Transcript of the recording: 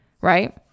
right